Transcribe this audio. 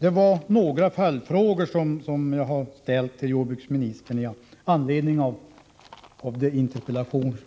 Det var några följdfrågor till jordbruksministern i anledning av det interpellationssvar